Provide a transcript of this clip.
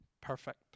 perfect